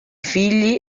figli